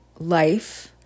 life